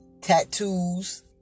tattoos